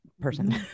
person